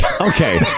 Okay